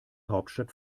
hauptstadt